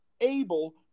able